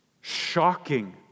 shocking